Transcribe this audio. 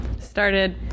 started